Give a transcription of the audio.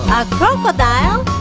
crocodile?